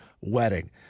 wedding